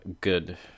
good